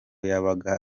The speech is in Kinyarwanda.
yabaga